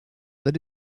that